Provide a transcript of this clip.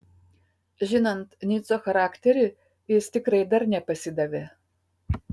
žinant nico charakterį jis tikrai dar nepasidavė